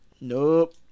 nope